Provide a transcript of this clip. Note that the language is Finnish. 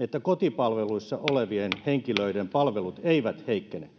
että kotipalveluissa olevien henkilöiden palvelut eivät heikkene